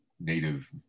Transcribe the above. native